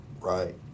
Right